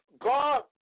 God